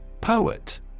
Poet